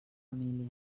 família